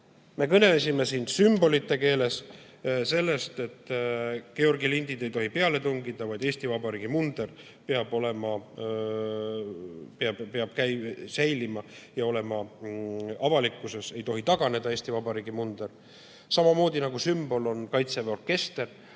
Me kõnelesime siin sümbolite keeles sellest, et Georgi lindid ei tohi peale tungida, vaid Eesti Vabariigi munder peab säilima ja olema avalikkuses. Ei tohi taganeda Eesti Vabariigi munder, samamoodi nagu sümbol on Kaitseväe orkester.